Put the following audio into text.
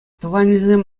тӑванӗсем